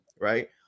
right